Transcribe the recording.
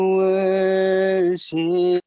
worship